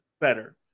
better